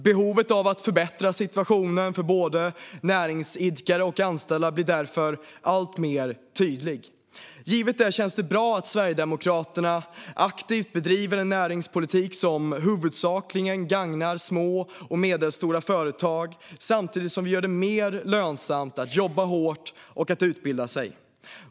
Behovet av att förbättra situationen för både näringsidkare och anställda blir därför alltmer tydlig. Givet detta känns det bra att Sverigedemokraterna aktivt bedriver en näringspolitik som huvudsakligen gagnar små och medelstora företag, samtidigt som vi gör det mer lönsamt att jobba hårt och att utbilda sig.